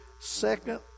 second